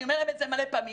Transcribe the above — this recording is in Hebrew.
אני אומר את זה מלא פעמים.